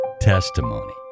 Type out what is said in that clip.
Testimony